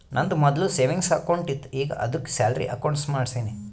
ನಂದು ಮೊದ್ಲು savings account ಇತ್ತು ಈಗ ಆದ್ದುಕೆ ಸ್ಯಾಲರಿ ಅಕೌಂಟ್ ಮಾಡ್ಸಿನಿ